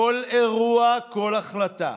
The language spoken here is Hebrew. כל אירוע, כל החלטה.